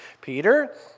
Peter